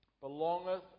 belongeth